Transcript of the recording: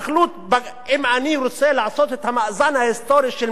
אם אני רוצה לעשות את המאזן ההיסטורי של 200 שנים,